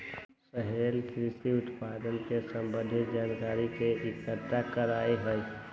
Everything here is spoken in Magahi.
सोहेल कृषि उत्पादन से संबंधित जानकारी के इकट्ठा करा हई